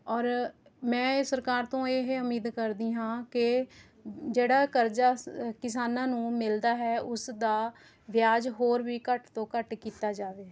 ਔਰ ਮੈਂ ਇਹ ਸਰਕਾਰ ਤੋਂ ਇਹ ਉਮੀਦ ਕਰਦੀ ਹਾਂ ਕਿ ਜਿਹੜਾ ਕਰਜ਼ਾ ਕਿਸਾਨਾਂ ਨੂੰ ਮਿਲਦਾ ਹੈ ਉਸ ਦਾ ਵਿਆਜ ਹੋਰ ਵੀ ਘੱਟ ਤੋਂ ਘੱਟ ਕੀਤਾ ਜਾਵੇ